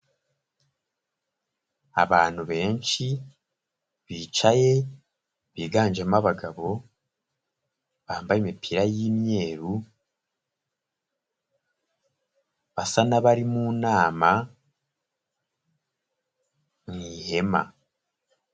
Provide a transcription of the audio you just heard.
Abantu benshi bicaye, biganjemo abagabo bambaye imipira y'imyeru, basa n'abari mu nama mu ihema.